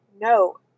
no